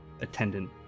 attendant